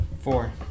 Four